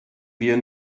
wir